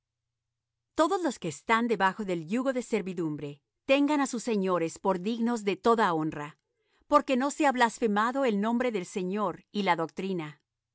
todos los que están debajo del yugo de servidumbre tengan á sus señores por dignos de toda honra porque no sea blasfemado el nombre del señor y la doctrina